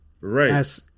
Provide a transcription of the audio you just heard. Right